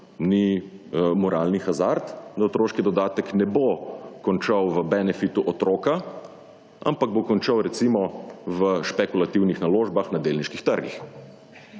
ni moralni hazard, da otroški dodatek ne bo končal v benefitu otroka, ampak bo končal recimo v špekulativnih naložbah na delniških trgih.